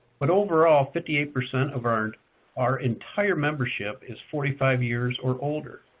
but overall, fifty eight percent of our and our entire membership is forty five years or older.